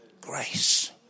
Grace